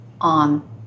on